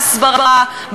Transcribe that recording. בהסברה,